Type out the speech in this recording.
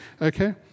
okay